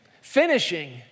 Finishing